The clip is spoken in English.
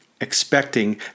expecting